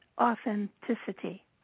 authenticity